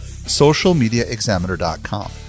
socialmediaexaminer.com